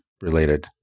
related